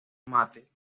mate